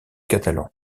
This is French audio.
catalan